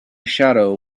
shadow